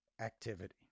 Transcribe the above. activity